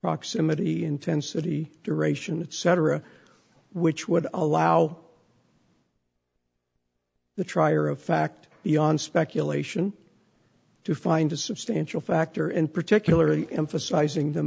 proximity intensity duration and cetera which would allow the trier of fact yawn speculation to find a substantial factor and particularly emphasizing the